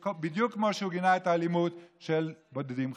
בדיוק כמו שהוא גינה את האלימות של בודדים חרדים.